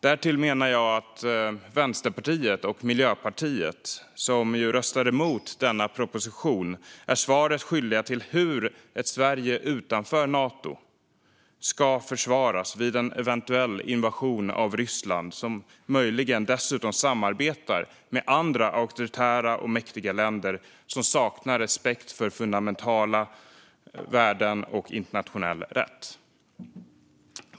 Därtill menar jag att Vänsterpartiet och Miljöpartiet, som kommer att rösta emot denna proposition, är svaret skyldiga om hur ett Sverige utanför Nato ska försvaras vid en eventuell rysk invasion. Dessutom samarbetar möjligen Ryssland då med andra auktoritära och mäktiga länder som saknar respekt för fundamentala värden och internationell rätt.